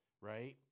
Right